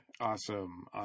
Awesome